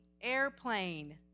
airplane